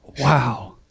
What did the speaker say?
Wow